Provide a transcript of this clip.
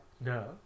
No